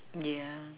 yeah